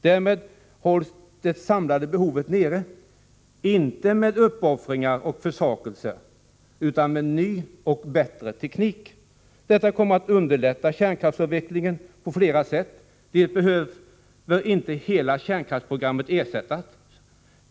Därmed hålls det samlade behovet nere, inte med uppoffringar och försakelser utan med ny och bättre teknik. Detta kommer att underlätta kärnkraftsavvecklingen på flera sätt. Dels behöver inte hela kärnkraftsprogrammet ersättas.